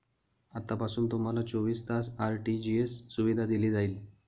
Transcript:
आतापासून तुम्हाला चोवीस तास आर.टी.जी.एस सुविधा दिली जाईल